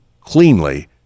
cleanly